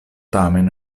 tamen